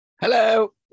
Hello